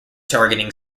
targeting